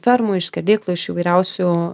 fermų iš skerdyklų iš įvairiausių